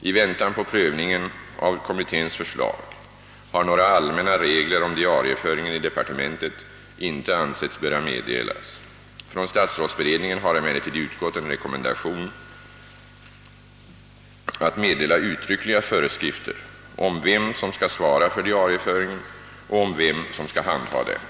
I väntan på prövningen av kommitténs förslag har några allmänna regler om diarieföringen i departementen inte ansetts böra meddelas. Från statsrådsberedningen har emellertid utgått en rekommendation att meddela uttryckliga föreskrifter om vem som skall svara för diarieföringen och om vem som skall handa denna.